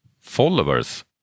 followers